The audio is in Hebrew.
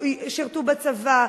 שירתו בצבא,